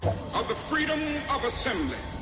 of the freedom of assembly.